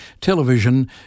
television